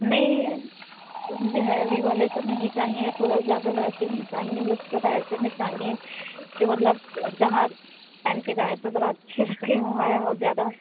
نہیں مجھے ہیوی والے تو نہیں چاہئے تھوڑا زیادہ ویسے نہیں چاہیے بس تھرا ایسے میں چاہئے کہ مطلب جہاں پن کے جائیں تو ذرا اچھے لگے ہوا ہے اور زیادہ